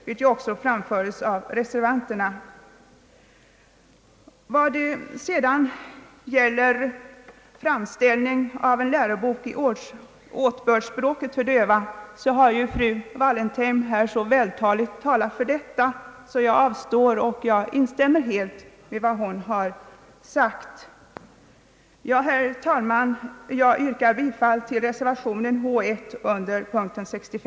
Till detta förslag har reservanterna anslutit sig. Beträffande framställningen av en lärobok i åtbördsspråket för döva har ju fru Wallentheim så vältaligt pläderat för detta, att jag avstår från att anföra något på denna punkt. Jag instämmer helt i vad hon har sagt. Herr talman! Jag yrkar bifall till reservationen 1 vid denna punkt.